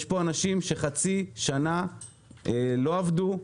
יש פה אנשים שחצי שנה לא עבדו,